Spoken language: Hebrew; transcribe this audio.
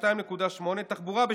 ב-2.8%; תחבורה,